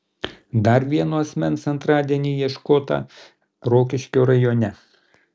dar vieno asmens antradienį ieškota rokiškio rajone